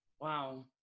Wow